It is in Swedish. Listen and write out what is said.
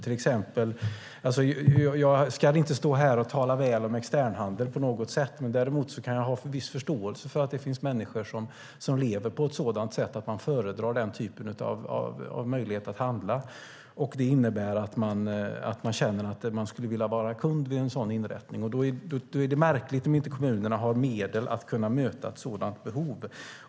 Jag ska inte stå här och tala väl om externhandel på något sätt, men däremot kan jag ha viss förståelse för att det finns människor som lever på ett sådant sätt att man föredrar den typen av möjlighet att handla, och det innebär att man känner att man skulle vilja vara kund vid en sådan inrättning. Då är det märkligt om inte kommunerna har medel att kunna möta ett sådant behov.